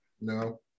No